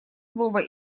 слово